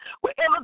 wherever